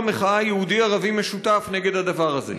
מחאה יהודי-ערבי משותף נגד הדבר הזה.